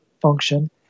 function